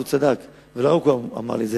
הוא צדק ולא רק הוא אמר לי את זה,